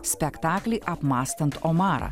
spektaklį apmąstant omarą